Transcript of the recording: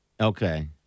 Okay